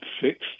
fixed